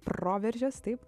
proveržis taip